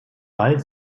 wald